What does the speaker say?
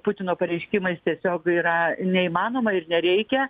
putino pareiškimais tiesiog yra neįmanoma ir nereikia